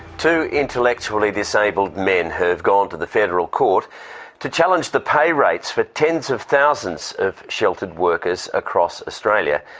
two intellectually disabled men have gone to the federal court to challenge the pay rates for tens of thousands of sheltered workers across australia.